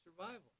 survival